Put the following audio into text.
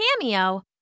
Cameo